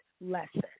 lesson